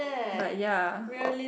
but ya